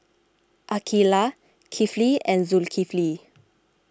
Aqeelah Kifli and Zulkifli